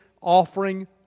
offering